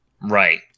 Right